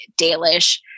dalish